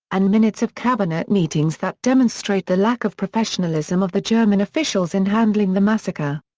and minutes of cabinet meetings that demonstrate the lack of professionalism of the german officials in handling the massacre.